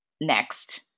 next